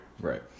Right